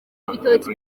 ibitoki